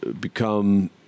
become